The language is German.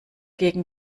gegen